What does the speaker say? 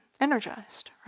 energized